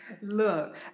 Look